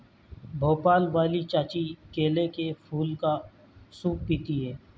भोपाल वाली चाची केले के फूल का सूप पीती हैं